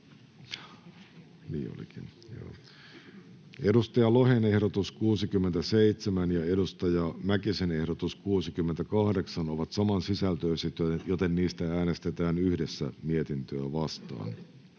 Markus Lohen ehdotus 67 ja Riitta Mäkisen 68 ehdotus ovat saman sisältöiset, joten niistä äänestetään yhdessä mietintöä vastaan.